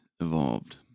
evolved